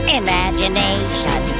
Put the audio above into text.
imagination